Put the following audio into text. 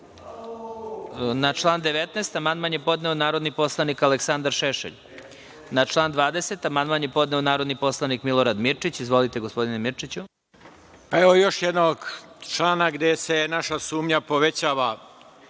član 19. amandman je podneo narodni poslanik Aleksandar Šešelj. Na član 20. amandman je podneo narodni poslanik Milorad Mirčić. Izvolite, gospodine Mirčiću. **Milorad Mirčić** Evo još jednog člana gde se naša sumnja povećava